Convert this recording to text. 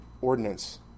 ordinance